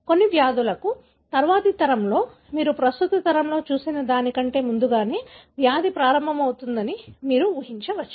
కొన్ని వ్యాధులకు తరువాతి తరంలో మీరు ప్రస్తుత తరంలో చూసిన దానికంటే ముందుగానే వ్యాధి ప్రారంభమవుతుందని మీరు ఊహించవచ్చు